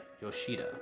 Yoshida